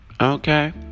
Okay